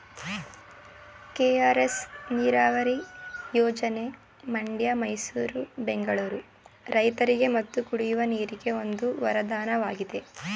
KRS ನೀರವರಿ ಯೋಜನೆ ಮಂಡ್ಯ ಮೈಸೂರು ಬೆಂಗಳೂರು ರೈತರಿಗೆ ಮತ್ತು ಕುಡಿಯುವ ನೀರಿಗೆ ಒಂದು ವರದಾನವಾಗಿದೆ